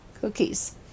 cookies